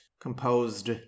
composed